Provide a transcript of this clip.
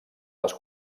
les